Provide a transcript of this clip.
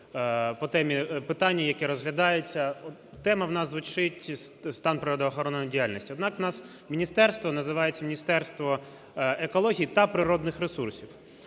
по темі питання, яке розглядається. Тема в нас звучить: стан природоохоронної діяльності. Однак в нас міністерство називається: Міністерство екології та природніх ресурсів,